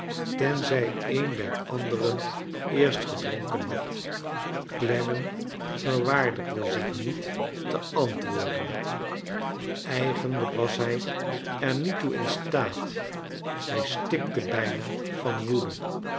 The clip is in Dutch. tenzij een der anderen eerst gedronken had clennam verwaardigde zich niet te antwoorden eigenlijk was hij er niet toe in staat hij stikte bijna van woede